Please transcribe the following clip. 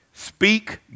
Speak